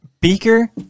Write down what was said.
Beaker